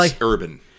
urban